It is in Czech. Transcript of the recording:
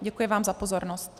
Děkuji vám za pozornost.